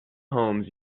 homes